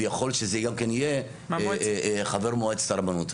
ויכול להיות שזה גם כן יהיה חבר מועצת הרבנות,